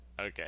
Okay